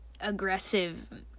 aggressive